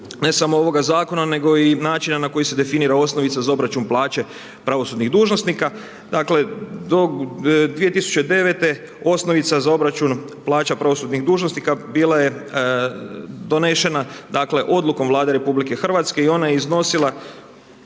ne samo ovoga zakona nego i načina na koji se definira osnovica za obračun plaće pravosudnih dužnosnika. Dakle do 2009. osnovica za obračun plaća pravosudnih dužnosnika bila je donešena dakle odlukom Vlade RH i ona je iznosila